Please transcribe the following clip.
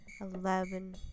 eleven